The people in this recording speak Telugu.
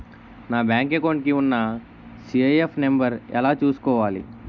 నా బ్యాంక్ అకౌంట్ కి ఉన్న సి.ఐ.ఎఫ్ నంబర్ ఎలా చూసుకోవాలి?